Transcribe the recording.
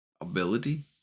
ability